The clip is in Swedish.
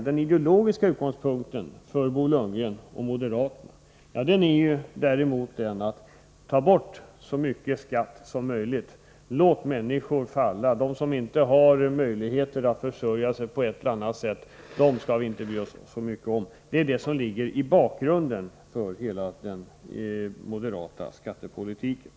Den ideologiska utgångspunkten för Bo Lundgren och moderaterna är: Ta bort så mycket skatt som möjligt, låt människor falla — de som inte har möjlighet att försörja sig på ett eller annat sätt skall vi inte bry oss så mycket om. Detta ligger i bakgrunden för hela den moderata skattepolitiken.